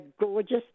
gorgeous